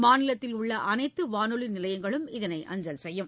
மாநிலத்தில் உள்ள அனைத்து வானொலி நிலையங்களும் இதனை அஞ்சல் செய்யும்